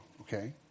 okay